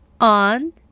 on